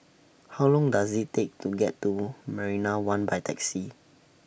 How Long Does IT Take to get to Marina one By Taxi